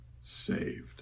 saved